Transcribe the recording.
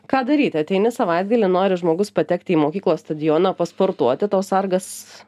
ką daryti ateini savaitgalį nori žmogus patekti į mokyklos stadioną pasportuoti tau sargas